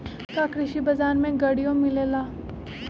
का कृषि बजार में गड़ियो मिलेला?